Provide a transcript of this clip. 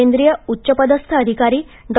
केंद्रीय उच्चपदस्थ अधिकारी डॉ